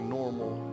normal